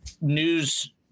news